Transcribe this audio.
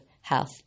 health